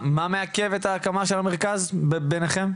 מה מעכב את ההקמה של המרכז ביניכם?